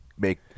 make